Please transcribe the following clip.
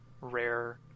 rare